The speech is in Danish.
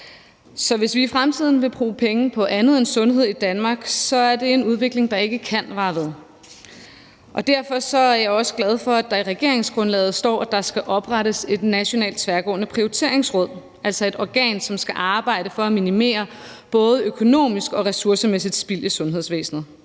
Så hvis vi i fremtiden vil bruge penge på andet end sundhed i Danmark, er det en udvikling, der ikke kan vare ved. Derfor er jeg også glad for, at der i regeringsgrundlaget står, at der skal oprettes et nationalt tværgående prioriteringsråd, altså et organ, som skal arbejde for at minimere både økonomisk og ressourcemæssigt spild i sundhedsvæsenet.